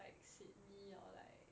like sydney or like